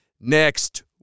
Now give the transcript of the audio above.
next